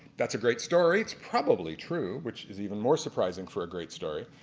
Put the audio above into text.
that's a great story it's probably true which is even more surprising for a great story.